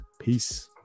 peace